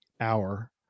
hour